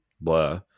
blah